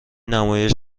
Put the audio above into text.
نمایش